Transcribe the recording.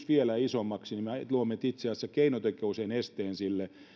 vielä isommaksi me luomme itse asiassa keinotekoiseen esteen sille